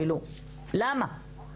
למה?